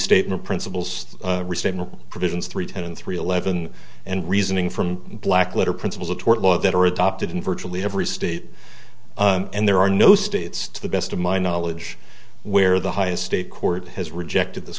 statement principles restatement provisions three ten and three eleven and reasoning from black letter principles of tort law that are adopted in virtually every state and there are no states to the best of my knowledge where the highest state court has rejected this